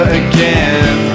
again